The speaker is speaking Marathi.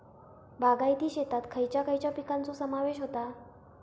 बागायती शेतात खयच्या खयच्या पिकांचो समावेश होता?